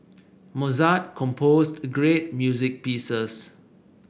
Mozart composed great music pieces